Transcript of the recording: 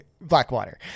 Blackwater